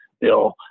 bill